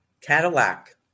Cadillac